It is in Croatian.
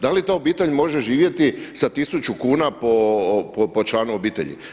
Da li ta obitelj može živjeti sa 1000 kuna po članu obitelji?